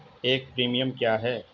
एक प्रीमियम क्या है?